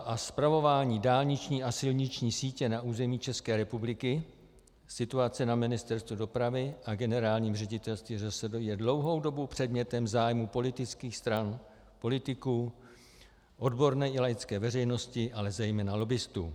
Výstavba a spravování dálniční a silniční sítě na území České republiky, situace na Ministerstvu dopravy a Generálním ředitelství ŘSD je dlouhou dobu předmětem zájmu politických stran, politiků, odborné i laické veřejnosti, ale zejména lobbistů.